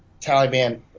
Taliban